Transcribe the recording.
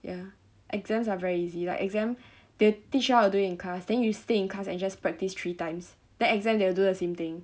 ya exams are very easy like exam they teach you how to do in class then you stay in class and just practice three times then exam they will do the same thing